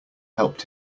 helped